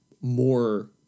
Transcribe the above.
more